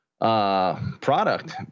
Product